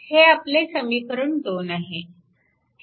हे आपले समीकरण 2 आहे